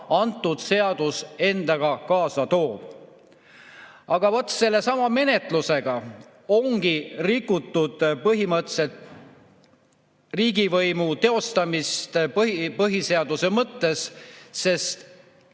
see seadus endaga kaasa toob. Aga vot sellesama menetlusega ongi rikutud põhimõtteliselt riigivõimu teostamist põhiseaduse mõttes, sest